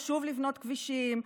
חשוב לבנות כבישים,